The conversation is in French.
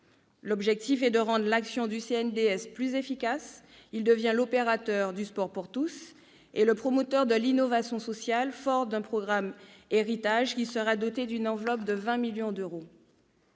L'objectif est de rendre l'action du CNDS plus efficace ; celui-ci devient l'opérateur du sport pour tous et le promoteur de l'innovation sociale, fort du plan Héritage 2024, qui sera doté d'une enveloppe de 20 millions d'euros.